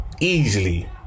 easily